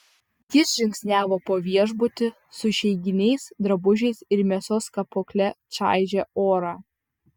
jis žingsniavo po viešbutį su išeiginiais drabužiais ir mėsos kapokle čaižė orą